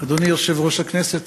אדוני יושב-ראש הכנסת,